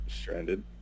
stranded